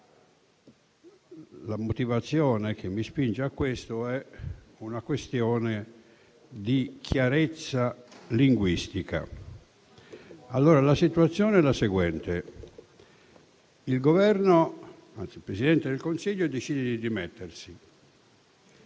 La motivazione che mi spinge è una questione di chiarezza linguistica. La situazione è la seguente. Il Presidente del Consiglio che decide di dimettersi